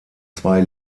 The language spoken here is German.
zwei